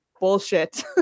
bullshit